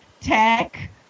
tech